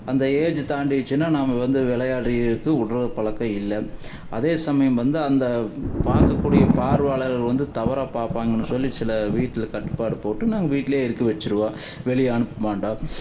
அந்த ஏஜ் தாண்டிடுச்சுனா நம்ம வந்து விளையாடுயதற்கு விட்ற பழக்கம் இல்லை அதே சமயம் வந்து அந்த பார்க்க கூடிய பார்வையாளர்கள் வந்து தவறாக பார்ப்பாங்கனு சொல்லி சில வீட்டில் கட்டுப்பாடு போட்டு நாங்கள் வீட்லேயே இருக்க வச்சிடுவோம் வெளியே அனுப்பமாட்டோம்